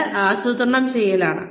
രണ്ട് ആസൂത്രണം ചെയ്യലാണ്